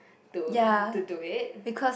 to to do it